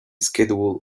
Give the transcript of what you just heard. schedule